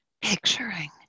picturing